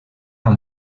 amb